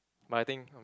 but I think